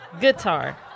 Guitar